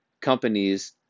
companies